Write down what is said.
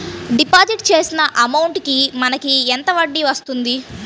Deposit చేసిన amount కి మనకి ఎంత వడ్డీ వస్తుంది?